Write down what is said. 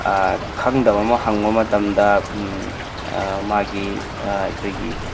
ꯈꯪꯗꯕ ꯑꯃ ꯍꯪꯕ ꯃꯇꯝꯗ ꯃꯥꯒꯤ ꯑꯩꯈꯣꯏꯒꯤ